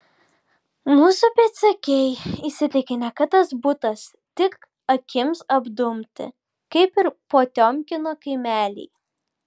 mūsų pėdsekiai įsitikinę kad tas butas tik akims apdumti kaip ir potiomkino kaimeliai